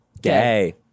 Gay